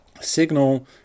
signal